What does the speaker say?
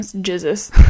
Jesus